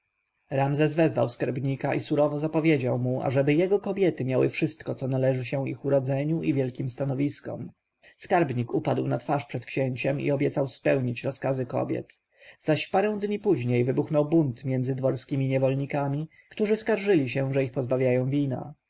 ramzes wezwał skarbnika i surowo zapowiedział mu ażeby jego kobiety miały wszystko co należy się ich urodzeniu i wielkim stanowiskom skarbnik upadł na twarz przed księciem i obiecał spełnić rozkazy kobiet zaś w parę dni później wybuchnął bunt między dworskimi niewolnikami którzy skarżyli się że ich pozbawiają wina